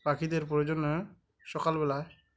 পাখিদের প্রয়োজন সকালবেলা